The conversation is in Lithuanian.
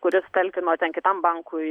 kuris talkino ten kitam bankui